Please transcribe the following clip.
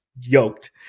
yoked